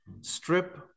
strip